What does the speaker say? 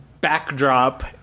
backdrop